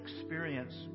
experience